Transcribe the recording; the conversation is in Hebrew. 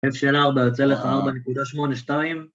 0.4, יוצא לך 4.82